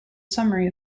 summary